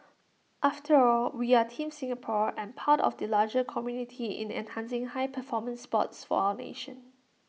after all we are Team Singapore and part of the larger community in enhancing high performance sports for our nation